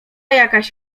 jakaś